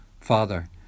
father